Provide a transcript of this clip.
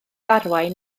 arwain